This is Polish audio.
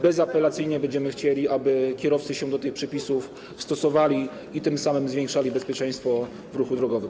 Bezapelacyjnie będziemy chcieli, aby kierowcy się do tych przepisów stosowali i tym samym zwiększali bezpieczeństwo w ruchu drogowym.